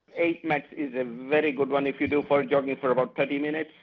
eight mets is a very good one if you do jogging for about thirty minutes,